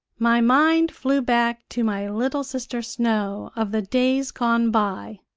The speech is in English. my mind flew back to my little sister snow of the days gone by.